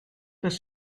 does